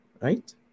right